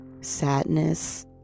sadness